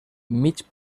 mig